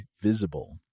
Visible